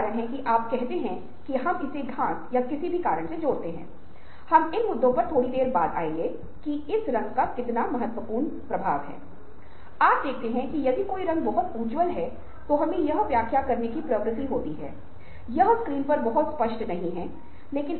वह अपनी विशेषज्ञता के क्षेत्र में रचनात्मक काम कर सकता है